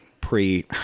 pre